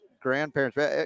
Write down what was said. grandparents